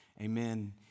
Amen